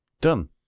done